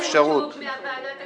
לא הספקתי לספור את הבעד כי